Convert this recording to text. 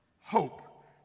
hope